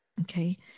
Okay